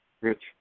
Rich